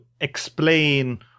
explain